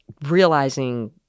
realizing